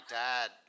dad